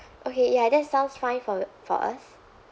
okay ya that sounds fine for for us